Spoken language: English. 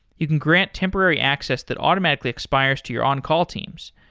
you can grant temporary access that automatically expires to your on-call teams.